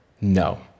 no